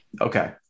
Okay